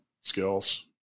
skills